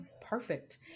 perfect